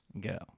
go